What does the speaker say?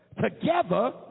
together